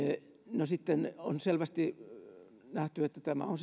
no sitten on selvästi nähty että tämä on